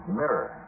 mirror